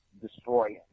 destroy